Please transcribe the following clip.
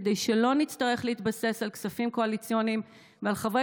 כדי שלא נצטרך להתבסס על כספים קואליציוניים ועל חברי